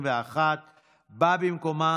בא במקומה